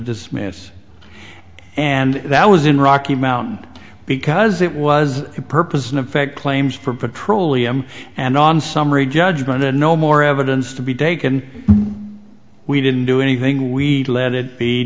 dismiss and that was in rocky mount because it was the purpose in effect claims for petroleum and on summary judgment and no more evidence to be taken we didn't do anything we let it be